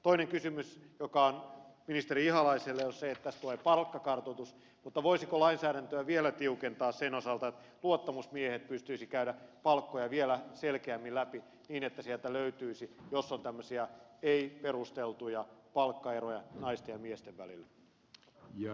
toinen kysymys joka on ministeri ihalaiselle on se että tässä tulee palkkakartoitus mutta voisiko lainsäädäntöä vielä tiukentaa sen osalta että luottamusmiehet pystyisivät käymään palkkoja vielä selkeämmin läpi niin että sieltä löytyisi jos on tämmöisiä ei perusteltuja palkkaeroja naisten ja miesten välillä